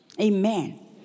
Amen